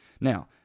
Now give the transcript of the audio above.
Now